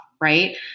right